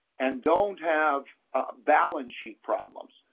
and don't have balance sheet problems,